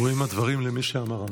ראויים הדברים למי שאמרם.